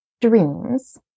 dreams